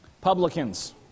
publicans